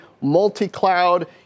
multi-cloud